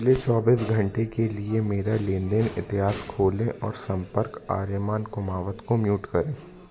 पिछले चौबीस घंटे के लिए मेरा लेनदेन इतिहास खोलें और संपर्क आर्यमान कुमावत को म्यूट करें